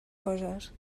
coses